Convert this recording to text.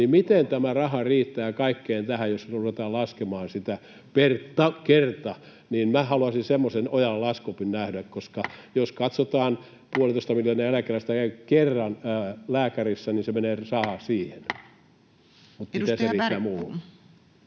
niin miten tämä raha riittää kaikkeen tähän, jos ruvetaan laskemaan sitä per kerta? Haluaisin semmoisen Ojalan laskuopin nähdä, koska jos katsotaan, että puolitoista miljoonaa eläkeläistä käy kerran lääkärissä, niin se raha menee siihen.